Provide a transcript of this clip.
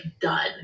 done